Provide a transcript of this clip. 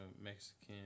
Mexican